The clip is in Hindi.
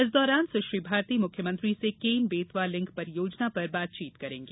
इस दौरान सुश्री भारती मुख्यमंत्री से केन बेतवा लिंक परियोजना पर बातचीत करेंगी